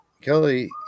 Kelly